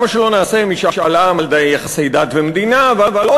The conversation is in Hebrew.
למה שלא נעשה משאל עם על יחסי דת ומדינה ועל עוד